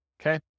Okay